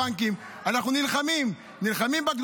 הבנקים: אנחנו נלחמים בגדולים,